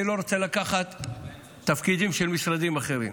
אני לא רוצה לקחת תפקידים של משרדים אחרים.